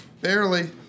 Barely